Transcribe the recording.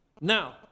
Now